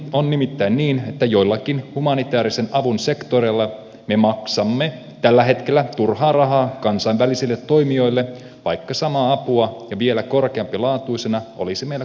on nimittäin niin että joillakin humanitäärisen avun sektoreilla me maksamme tällä hetkellä turhaa rahaa kansainvälisille toimijoille vaikka samaa apua ja vielä korkealaatuisempana olisi meillä kotimaassakin tarjolla